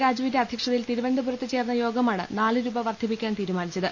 രാജുവിന്റെ അധ്യക്ഷതയിൽ തിരുവനന്തപുരത്ത് ചേർന്ന യോഗമാണ് നാല് രൂപ വർധിപ്പിക്കാൻ തീരുമാനിച്ചത്